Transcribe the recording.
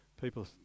People